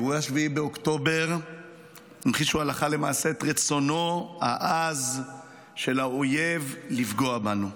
אירועי 7 באוקטובר המחישו הלכה למעשה את רצונו העז של האויב לפגוע בנו.